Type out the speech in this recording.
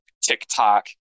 TikTok